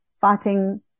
fighting